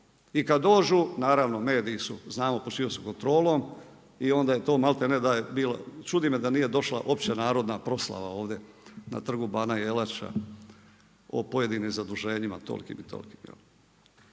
I kad dođu, naravno, mediji su znamo pod čijom su kontrolom, i onda je to malti ne, čudi me da nije došla opća narodna proslava ovdje na Trgu bana Jelačića, o pojedinim zaduženjima tolikim i tolikim.